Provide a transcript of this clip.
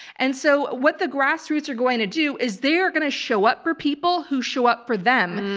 and so what the grassroots are going to do is they're going to show up for people who show up for them.